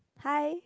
hi